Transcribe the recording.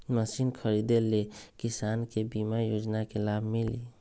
Machine खरीदे ले किसान के बीमा योजना के लाभ मिली?